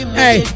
hey